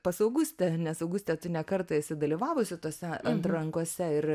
pas augustę nes auguste tu ne kartą esi dalyvavusi tose atrankose ir